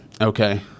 okay